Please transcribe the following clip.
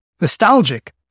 nostalgic